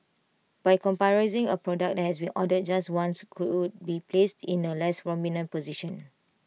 by comprising A product that has been ordered just once could be placed in A less prominent position